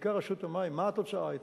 בעיקר רשות המים, מה היתה התוצאה?